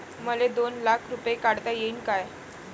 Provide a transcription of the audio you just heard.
मले दोन लाख रूपे काढता येईन काय?